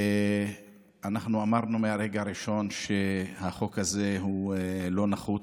אנחנו אמרנו מהרגע הראשון שהחוק הזה הוא לא נחוץ,